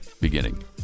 beginning